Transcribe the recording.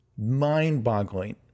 mind-boggling